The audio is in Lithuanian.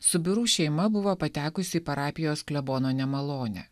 subiru šeima buvo patekusi į parapijos klebono nemalonę